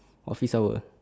office hour